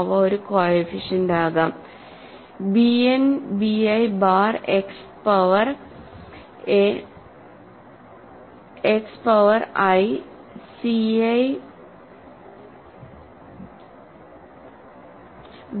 അവ ഒരു കോഎഫിഷ്യന്റ് ആകാം bnbi bar X power i ci